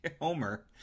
Homer